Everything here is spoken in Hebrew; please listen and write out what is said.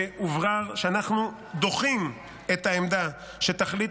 והוברר שאנחנו דוחים את העמדה שתכלית